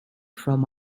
from